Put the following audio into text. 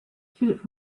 philip